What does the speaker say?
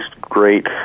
great